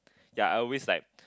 ya I always like